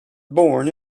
born